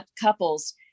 couples